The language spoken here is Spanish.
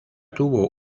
tuvo